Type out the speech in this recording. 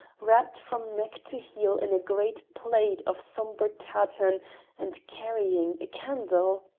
wrapped from neck to heel in a great plaid of sombre tartan and carrying a candle!